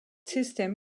system